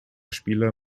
spieler